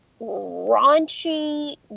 raunchy